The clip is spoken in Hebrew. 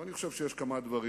אבל אני חושב שיש כמה דברים